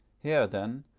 here, then,